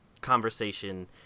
conversation